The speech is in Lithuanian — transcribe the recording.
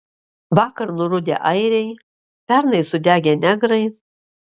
vakar nurudę airiai pernai sudegę negrai